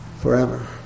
forever